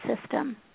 system